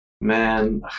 man